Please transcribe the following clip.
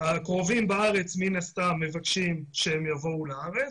הקרובים בארץ מן הסתם מבקשים שהם יבואו לארץ,